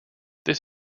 this